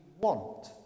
want